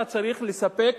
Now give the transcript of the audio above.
אתה צריך לספק